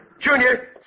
Junior